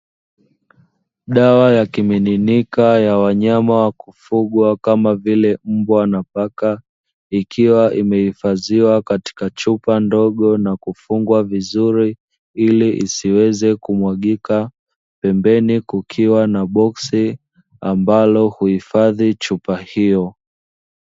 Dawa ya kimiminika ya wanyama wa kufugwa kama vile mbwa na paka. Ikiwa imehifadhiwa katika chupa ndogo na kufungwa vizuri, ili isiweze kumwagika, pembeni kukiwa na boksi ambalo huhifadhi chupa hiyo.